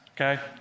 okay